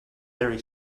very